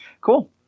cool